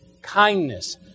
kindness